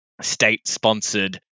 state-sponsored